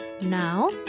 Now